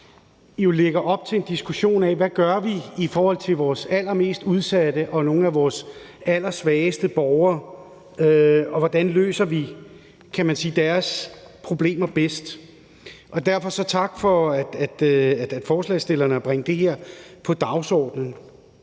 sted lægger op til en diskussion af, hvad vi gør i forhold til nogle af vores allermest udsatte og vores allersvageste borgere, og hvordan vi løser deres problemer bedst, og derfor tak til forslagsstillerne for at bringe det her på dagsordenen.